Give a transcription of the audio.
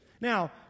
Now